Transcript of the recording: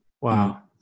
Wow